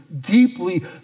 deeply